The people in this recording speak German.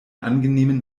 angenehmen